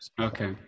Okay